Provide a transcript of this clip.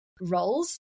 roles